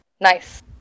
nice